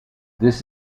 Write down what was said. this